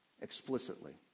explicitly